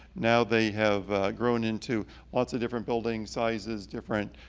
now they have grown into lots of different building sizes, different